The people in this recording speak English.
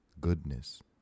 goodness